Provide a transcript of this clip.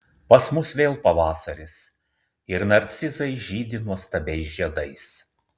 pas mus vėl pavasaris ir narcizai žydi nuostabiais žiedais